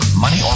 money